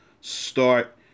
start